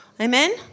Amen